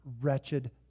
wretched